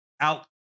out